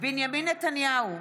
בנימין נתניהו,